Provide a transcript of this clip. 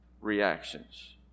reactions